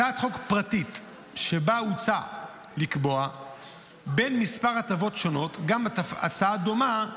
הצעת חוק פרטית שבה הוצע לקבוע בין כמה הטבות שונות גם הטבה דומה,